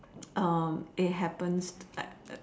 it happens